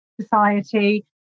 society